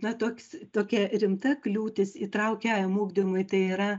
na toks tokia rimta kliūtis įtraukiajam ugdymui tai yra